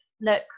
look